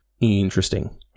interesting